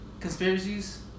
conspiracies